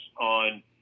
on